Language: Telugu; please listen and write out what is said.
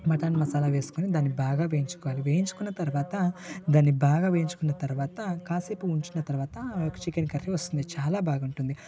మటన్ మసాలా వేసుకొని దాన్ని బాగా వేయించుకోవాలి వేయించుకున్న తర్వాత దాన్ని బాగా వేయించుకున్న తర్వాత కాసేపు ఉంచిన తర్వాత చికెన్ కర్రీ వస్తుంది చాలా బాగుంటుంది